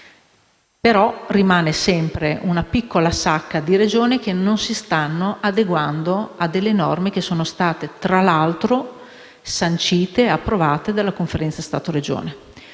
rimane sempre una piccola sacca di Regioni che non si stanno adeguando a delle norme che, tra l'altro, sono state sancite e approvate dalla Conferenza Stato-Regioni.